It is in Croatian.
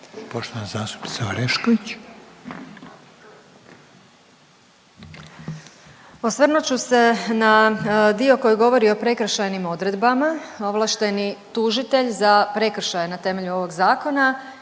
imenom i prezimenom)** Osvrnut ću se na dio koji govori o prekršajnim odredbama. Ovlašteni tužitelj za prekršaje na temelju ovog zakona